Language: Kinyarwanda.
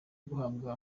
guhabwa